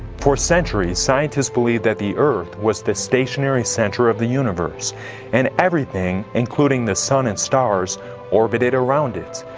for centuries scientists believed that the earth was the stationary center of the universe and everything, including the sun and stars orbited around it.